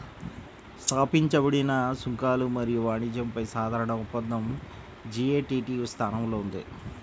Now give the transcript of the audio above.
స్థాపించబడిన సుంకాలు మరియు వాణిజ్యంపై సాధారణ ఒప్పందం జి.ఎ.టి.టి స్థానంలో ఉంది